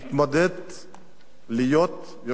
לתפקיד יושב-ראש קדימה.